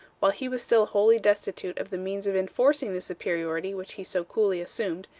while he was still wholly destitute of the means of enforcing the superiority which he so coolly assumed,